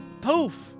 poof